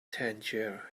tangier